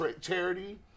charity